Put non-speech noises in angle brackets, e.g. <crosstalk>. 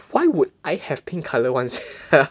why would I have pink color ones <laughs>